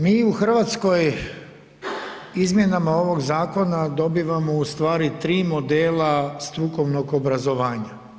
Mi u Hrvatskoj izmjenama ovog zakona dobivamo tri modela strukovnog obrazovanja.